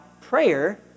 prayer